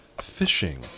fishing